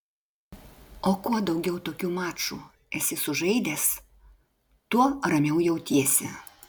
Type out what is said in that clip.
o kuo daugiau tokių mačų esi sužaidęs tuo ramiau jautiesi